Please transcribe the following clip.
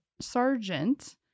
sergeant